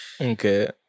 Okay